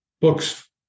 books